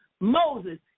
Moses